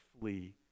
flee